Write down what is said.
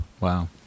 Wow